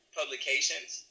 publications